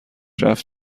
رفت